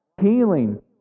healing